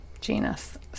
genus